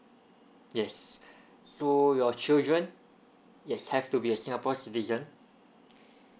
yes so your children yes have to be a singapore citizen